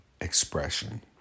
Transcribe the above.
expression